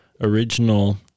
original